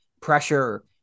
pressure